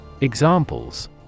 Examples